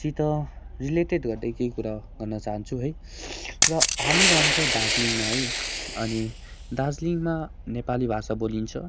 सित रिलेटेड गर्दै केही कुरा भन्न चहान्छु है र हामी रहन्छौँ दार्जिलिङमा है अनि दार्जिलिङमा नेपाली भाषा बोलिन्छ